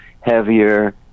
heavier